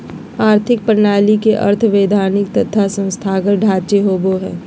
आर्थिक प्रणाली के अर्थ वैधानिक तथा संस्थागत ढांचे होवो हइ